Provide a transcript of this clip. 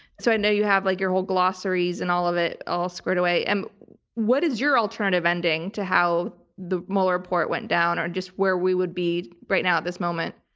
so i know you have like your whole glossary and all of it all squared away. and what is your alternative ending to how the mueller report went down, or just where we would be right now at this moment?